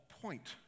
point